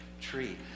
tree